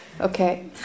Okay